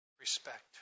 respect